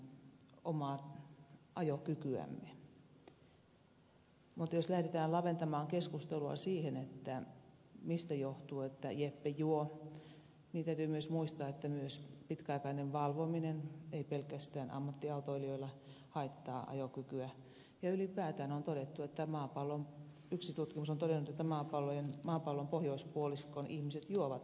mutta jos lähdetään laventamaan keskustelua siihen mistä johtuu että jeppe juo niin täytyy muistaa että myös pitkäaikainen valvominen ei pelkästään ammattiautoilijoilla haittaa ajokykyä ja ylipäätään on todettu yksi tutkimus on todennut että maapallon pohjoispuoliskon ihmiset juovat enemmän